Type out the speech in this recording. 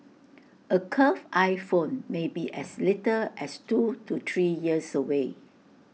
A curved iPhone may be as little as two to three years away